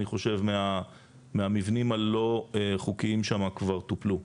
אני חושב, מהמבנים הלא-חוקיים שמה כבר טופלו.